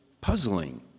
puzzling